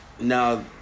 now